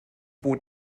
bot